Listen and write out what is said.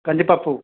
కందిపప్పు